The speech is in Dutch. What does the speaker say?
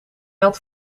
had